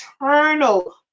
eternal